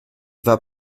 vas